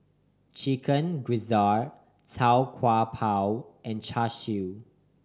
Chicken Gizzard Tau Kwa Pau and Char Siu